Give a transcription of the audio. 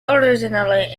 originally